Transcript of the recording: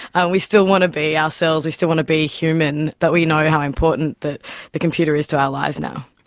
and we still want to be ourselves, we still want to be human, but we know how important the the computer is to our lives now.